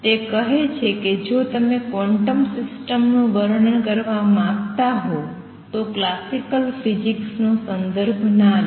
તે કહે છે કે જો તમે ક્વોન્ટમ સિસ્ટમનું વર્ણન કરવા માંગતા હો તો ક્લાસિકલ ફિઝિક્સનો સંદર્ભ ન લો